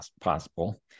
possible